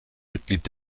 mitglied